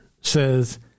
says